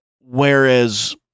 Whereas